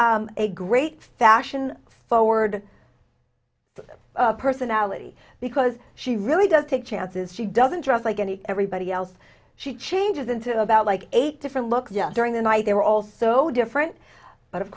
a great fashion forward personality because she really does take chances she doesn't dress like any everybody else she changes into about like eight different looks during the night they're all so different but of